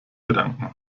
bedanken